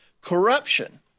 corruption